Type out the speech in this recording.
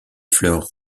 fleurs